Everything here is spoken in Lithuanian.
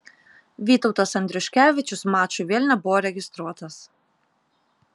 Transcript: vytautas andriuškevičius mačui vėl nebuvo registruotas